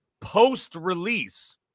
post-release